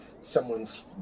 someone's